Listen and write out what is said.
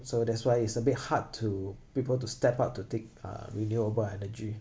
so that's why it's a bit hard to people to step up to take uh renewable energy